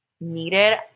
needed